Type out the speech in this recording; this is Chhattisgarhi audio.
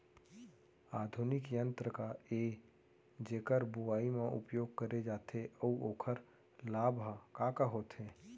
आधुनिक यंत्र का ए जेकर बुवाई म उपयोग करे जाथे अऊ ओखर लाभ ह का का होथे?